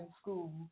school